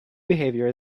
behavior